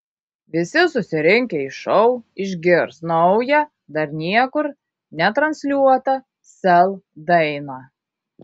visi susirinkę į šou išgirs naują dar niekur netransliuotą sel dainą